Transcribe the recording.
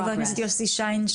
חבר הכנסת יוסי שיין,